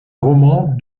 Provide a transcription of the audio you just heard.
roman